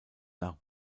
nach